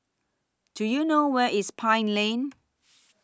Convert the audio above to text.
Do YOU know Where IS Pine Lane